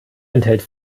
enthält